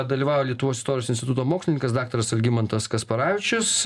dalyvauja lietuvos istorijos instituto mokslininkas daktaras algimantas kasparavičius